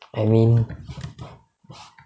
I mean